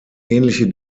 ähnliche